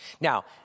Now